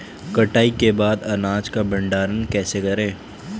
कटाई के बाद अनाज का भंडारण कैसे करें?